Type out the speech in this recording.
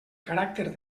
caràcter